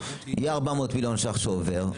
יהיה 400 מיליון ₪ שעובר.